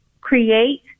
create